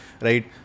right